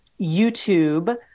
YouTube